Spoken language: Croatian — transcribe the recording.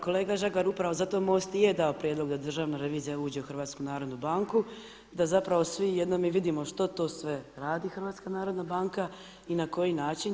Kolega Žagar, upravo zato MOST i je dao prijedlog da državna revizija uđe u HNB da zapravo svi jednom i vidimo što to sve radi HNB i na koji način.